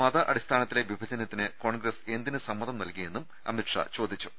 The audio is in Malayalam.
മതാടിസ്ഥാനത്തിലെ വിഭജനത്തിന് കോൺഗ്രസ് എന്തിന് സമ്മതം നൽകിയെന്നും അമിത്ഷാ ചോദിച്ചു